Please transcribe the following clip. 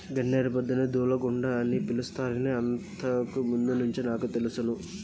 గన్నేరు పొదని దూలగుండ అని పిలుస్తారని ఇంతకు ముందు నుంచే నాకు తెలుసును